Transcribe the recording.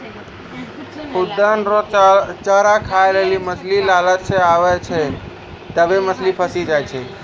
खुद्दन रो चारा खाय लेली मछली लालच से आबै छै तबै मछली फंसी जाय छै